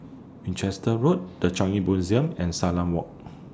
Winchester Road The Changi Museum and Salam Walk